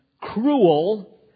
cruel